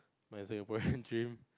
my Singaporean dream